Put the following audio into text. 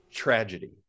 Tragedy